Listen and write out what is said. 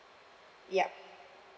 yup